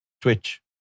twitch